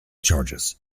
charges